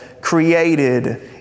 created